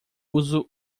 uso